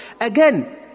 Again